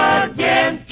again